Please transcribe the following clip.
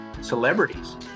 celebrities